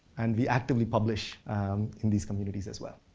and we actively publish in these communities as well,